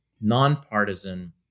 nonpartisan